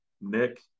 Nick